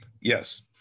Yes